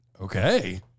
Okay